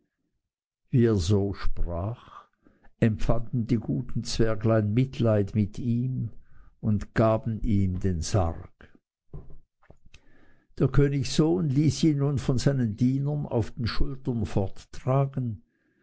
er so sprach empfanden die guten zwerglein mitleiden mit ihm und gaben ihm den sarg der königssohn ließ ihn nun von seinen dienern auf den schultern forttragen